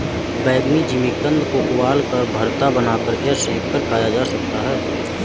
बैंगनी जिमीकंद को उबालकर, भरता बनाकर या सेंक कर खाया जा सकता है